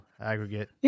Aggregate